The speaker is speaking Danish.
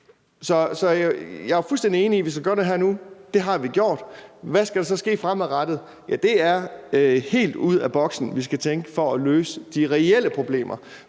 Så jeg er fuldstændig enig i, at vi skal gøre det her og nu. Det har vi gjort. Hvad skal der så ske fremadrettet? Ja, det er helt ud af boksen, vi skal tænke, for at løse de reelle problemer,